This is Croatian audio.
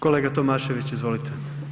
Kolega Tomašević, izvolite.